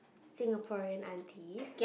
Singaporean aunties